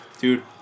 Dude